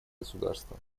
государство